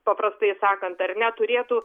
paprastai sakant ar ne turėtų